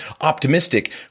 optimistic